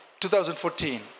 2014